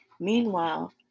Meanwhile